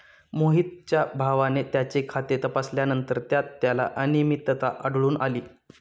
मोहितच्या भावाने त्याचे खाते तपासल्यानंतर त्यात त्याला अनियमितता आढळून आली